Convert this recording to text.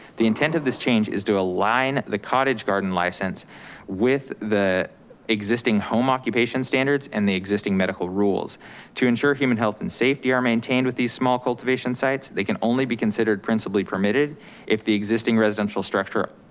the intent of this change is to align the cottage garden license with the existing home occupation standards and the existing medical rules to ensure human health and safety are maintained with these small cultivation sites. they can only be considered principally permitted if the existing residential structure,